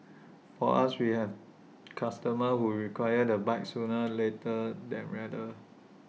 for us we have customers who require the bike sooner later than rather